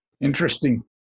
Interesting